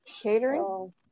Catering